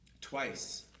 twice